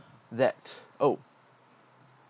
that oh